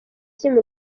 team